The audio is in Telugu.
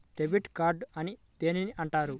డెబిట్ కార్డు అని దేనిని అంటారు?